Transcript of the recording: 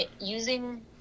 using